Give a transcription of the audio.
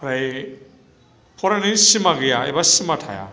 फ्राय फरायनायनि सिमा गैया एबा सिमा थाया